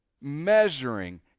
measuring